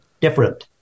different